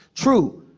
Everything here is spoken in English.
true,